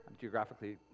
geographically